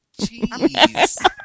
Jeez